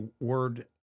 word—